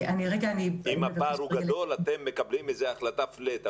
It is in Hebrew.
אם הפער הוא גדול אתם מקבלים החלטה פלאט,